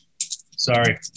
Sorry